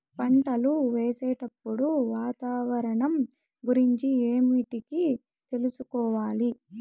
పంటలు వేసేటప్పుడు వాతావరణం గురించి ఏమిటికి తెలుసుకోవాలి?